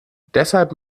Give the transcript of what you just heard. deshalb